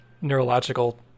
neurological